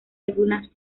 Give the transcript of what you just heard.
algunas